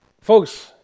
Folks